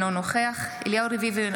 אינו נוכח אליהו רביבו,